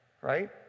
Right